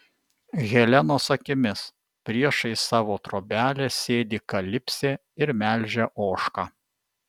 helenos akimis priešais savo trobelę sėdi kalipsė ir melžia ožką